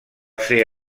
ser